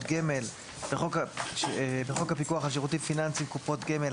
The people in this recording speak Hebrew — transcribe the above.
גמל) בחוק הפיקוח על שירותים פיננסיים (קופות גמל),